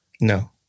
No